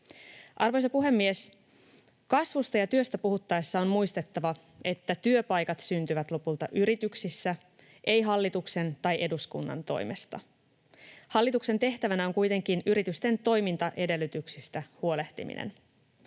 Arvoisa puhemies! Kasvusta ja työstä puhuttaessa on muistettava, että työpaikat syntyvät lopulta yrityksissä, eivät hallituksen tai eduskunnan toimesta. Hallituksen tehtävänä on kuitenkin yritysten toimintaedellytyksistä huolehtiminen.